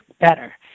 better